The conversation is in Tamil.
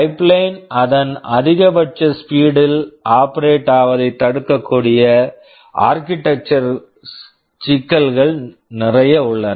பைப்லைன் pipeline அதன் அதிகபட்ச ஸ்பீட் speed ல் ஆப்பரேட் operate ஆவதைத் தடுக்கக்கூடிய ஆர்க்கிடெக்ச்சரல் architectural சிக்கல்கள் நிறைய உள்ளன